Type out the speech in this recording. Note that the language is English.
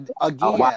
again